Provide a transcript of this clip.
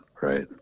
right